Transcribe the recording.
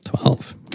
twelve